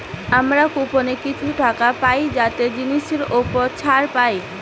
আমরা কুপনে কিছু টাকা পাই যাতে জিনিসের উপর ছাড় পাই